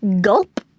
Gulp